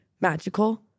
magical